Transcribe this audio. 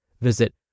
Visit